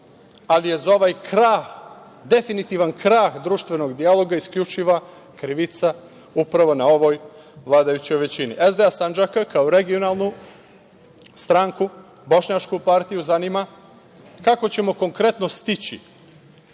ali je za ovaj krah, definitivan krah društvenog dijaloga isključiva krivica upravo na ovoj vladajućoj većini. SDA Sandžaka kao regionalnu stranku, bošnjačku partiju, zanima kako ćemo konkretno stići